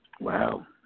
Wow